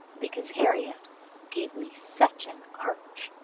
because harriot gave me such an arch,